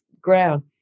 ground